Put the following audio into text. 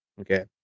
Okay